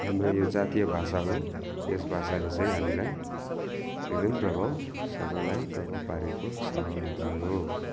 हाम्रो यो जातीय भाषा हो यस भाषाले चाहिँ हामीलाई निकै प्रभाव सबैलाई प्रभाव पारेको छ हाम्रो